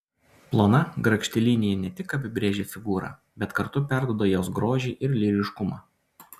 plona grakšti linija ne tik apibrėžia figūrą bet kartu perduoda jos grožį ir lyriškumą